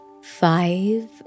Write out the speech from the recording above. five